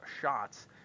shots